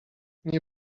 nie